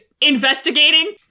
investigating